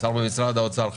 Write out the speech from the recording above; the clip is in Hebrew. שר במשרד האוצר,